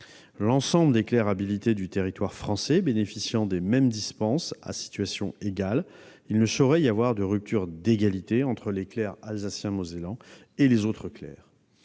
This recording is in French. L'ensemble des clercs habilités du territoire français bénéficiant des mêmes dispenses à situation égale, il ne saurait y avoir de rupture d'égalité entre les clercs alsaciens ou mosellans et les autres.